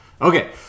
Okay